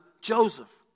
Joseph